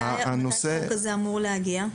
מתי החוק הזה אמור להגיע?